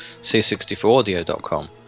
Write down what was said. c64audio.com